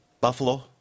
Buffalo